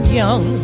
young